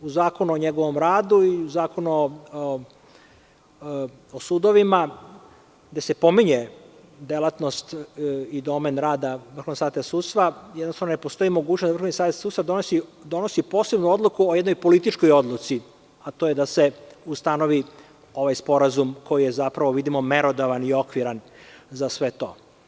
U zakonu o njegovom radu i Zakonu o sudovima, gde se pominje delatnost i domen rada Vrhovnog saveta sudstva, jednostavno ne postoji mogućnost da Vrhovni savet sudstva donosi posebnu odluku o jednoj političkoj odluci, a to je da se ustanovi ovaj Sporazum koji je, zapravo vidimo merodavan okviran za sve to.